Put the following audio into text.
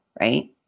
right